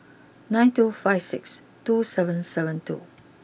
nine two five six two seven seven two